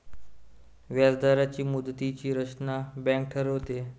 व्याजदरांची मुदतीची रचना बँक ठरवते